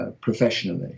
professionally